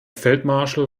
feldmarschall